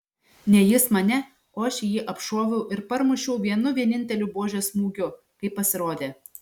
ne jis mane o aš jį apšoviau ir parmušiau vienu vieninteliu buožės smūgiu kai pasirodė